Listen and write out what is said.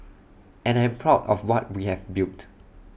and I'm proud of what we have built